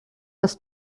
das